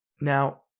Now